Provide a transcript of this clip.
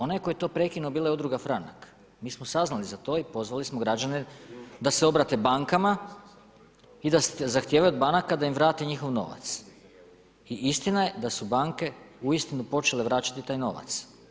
Onaj tko je to prekinuo, bila je udruga Franak, mi smo saznali za to i pozvali smo građane da se obrate bankama i da zahtijevaju od banaka da im vrate njihov novac i istina je da su banke uistinu počele vraćati taj novac.